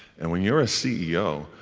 and when you're a ceo,